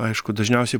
aišku dažniausiai